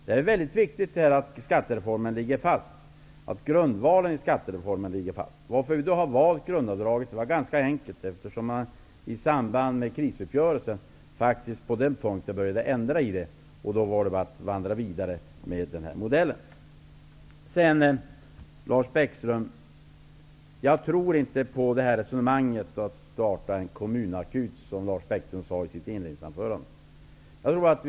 Det är väldigt viktigt att grundvalen i skattereformen ligger fast. Varför vi har valt grundavdraget? Det är ganska enkelt. I samband med krisuppgörelsen började vi ändra i det, och sedan var det bara att vandra vidare med den modellen. Jag tror inte på det här med att starta en kommunakut, som Lars Bäckström talade om i sitt inledningsanförande.